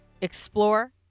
explore